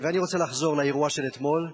אני רוצה לחזור לאירוע של אתמול.